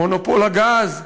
מונופול הגז,